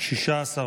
10 נתקבלו.